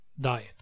diet